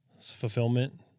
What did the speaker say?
fulfillment